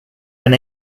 been